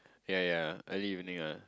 yeah yeah early evening ah